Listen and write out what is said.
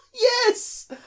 Yes